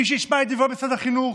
מי שישמע את דברי משרד החינוך,